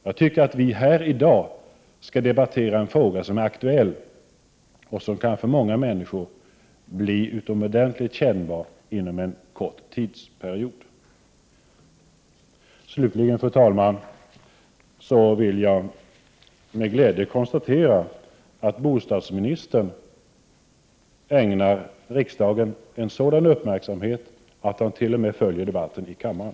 Jag tycker att vi här i dag skall debattera den fråga som är aktuell och som för många människor inom kort kan bli utomordentligt kännbar. Slutligen, fru talman, konstaterar jag med glädje att bostadsministern ägnar riksdagen en sådan uppmärksamhet att han t.o.m. följer debatten i kammaren.